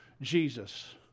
Jesus